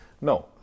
No